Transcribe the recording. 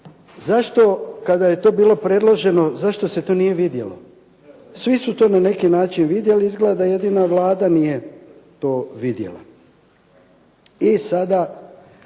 Zašto kada je to bilo predloženo, zašto se to nije vidjelo? Svi su to na neki način vidjeli, izgleda da jedino Vlada nije to vidjela.